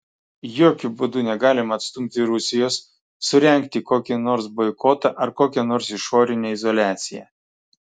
jokiu būdu negalima atstumti rusijos surengti kokį nors boikotą ar kokią nors išorinę izoliaciją